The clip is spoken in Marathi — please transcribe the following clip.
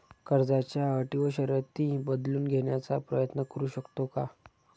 कर्जाच्या अटी व शर्ती बदलून घेण्याचा प्रयत्न करू शकतो का?